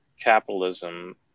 capitalism